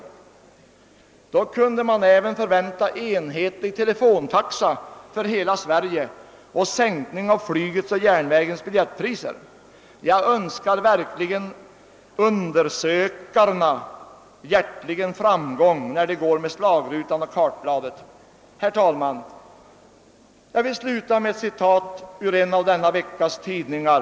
Då kunde man även förvänta en enhetlig telefontaxa för hela Sverige och en sänkning av flygets och järnvägens biljettpriser. Jag önskar verkligen undersökarna hjärtligen framgång när de går ut med slagrutan och kartbladet. Herr talman! Jag vill sluta med ett citat ur en av denna veckas tidningar.